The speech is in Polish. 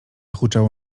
huczało